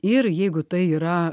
ir jeigu tai yra